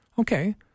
Okay